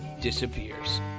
disappears